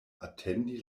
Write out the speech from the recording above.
atendi